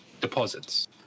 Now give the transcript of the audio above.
deposits